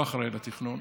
לא אחראי לתכנון,